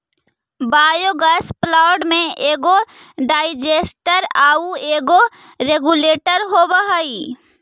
biogas plant में एगो digester आउ एगो रेगुलेटर होवऽ हई